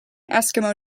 eskimo